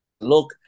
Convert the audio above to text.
look